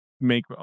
make